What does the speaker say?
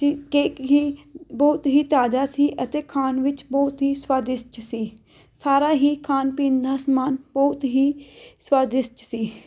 cake ਹੀ ਬਹੁਤ ਹੀ ਤਾਜ਼ਾ ਸੀ ਅਤੇ ਖਾਣ ਵਿੱਚ ਬਹੁਤ ਹੀ ਸਵਾਦਿਸ਼ਟ ਸੀ ਸਾਰਾ ਹੀ ਖਾਣ ਪੀਣ ਦਾ ਸਮਾਨ ਬਹੁਤ ਹੀ ਸਵਾਦਿਸ਼ਟ ਸੀ